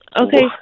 Okay